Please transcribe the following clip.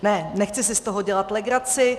Ne, nechci si z toho dělat legraci.